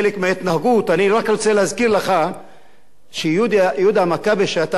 אני רק רוצה להזכיר לך שיהודה המכבי שאתה מרומם,